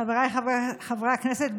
חבריי חברי הכנסת,